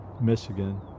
Michigan